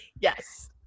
Yes